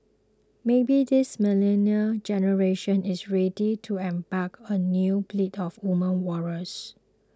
maybe this millennial generation is ready to embrace a new breed of women warriors